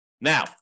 Now